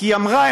כי היא אמרה,